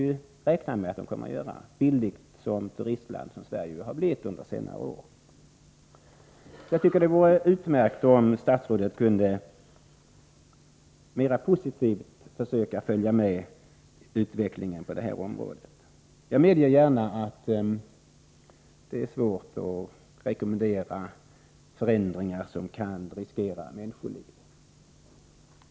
Vi kan räkna med att det kommer tyskar, billigt som turistland som Sverige har blivit under senare år. Jag tycker att det vore utmärkt om statsrådet kunde mera positivt följa utvecklingen på området. Jag medger gärna att det är svårt att rekommendera förändringar som kan riskera människoliv.